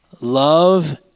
love